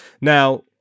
now